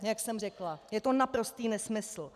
Jak jsem řekla, je to naprostý nesmysl.